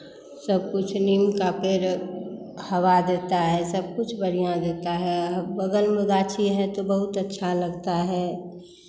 सब कुछ नीम का पेड़ हवा देता है सब कुछ बढ़ियाँ देता है बगल में गाछी है तो बहुत अच्छा लगता है